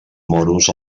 moros